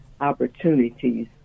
opportunities